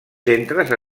centres